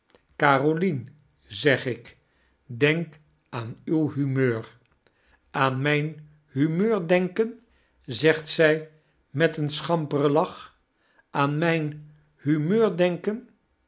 carolien zeg ik denk aan uw humeur aan mijn humeur denken zegt zij met een schamperen lach aan mijn humeur denken